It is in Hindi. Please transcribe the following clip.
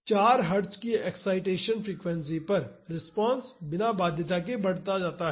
4 हर्ट्ज़ की एक्ससाइटेसन फ्रीक्वेंसी पर रिस्पांस बिना बाध्यता के बढ़ जाता है